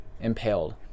impaled